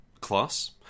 class